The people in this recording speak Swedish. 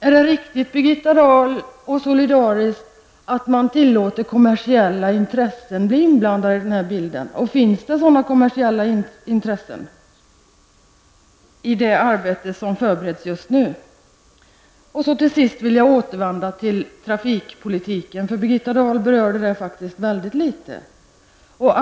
Är det riktigt och solidariskt, Birgitta Dahl, att man tillåter att kommersiella intressen blir inblandade, och finns det sådana kommersiella intressen i det arbete som just nu förbereds? Till sist vill jag återvända till trafikpolitiken -- Birgitta Dahl berörde den i väldigt liten utsträckning.